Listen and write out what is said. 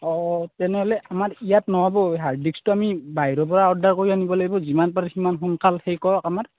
অঁ তেনেহ'লে আমাৰ ইয়াত নহ'ব হাৰ্ড ডিস্কটো আমি বাহিৰৰ পৰা অৰ্ডাৰ কৰি আনিব লাগিব যিমান পাৰে সিমান সোনকাল হেৰি কৰক আমাৰ